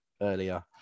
earlier